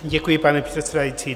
Děkuji, paní předsedající.